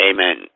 Amen